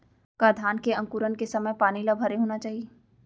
का धान के अंकुरण के समय पानी ल भरे होना चाही?